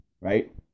Right